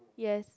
yes